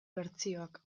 bertsioak